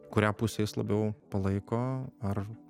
kurią pusę jis labiau palaiko ar